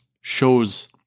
shows